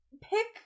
pick